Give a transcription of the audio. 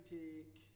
take